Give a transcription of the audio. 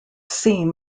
seam